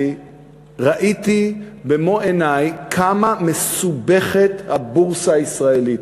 ראיתי במו עיני כמה מסובכת הבורסה הישראלית.